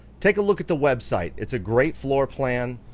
take a look at the website. it's a great floor plan.